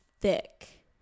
thick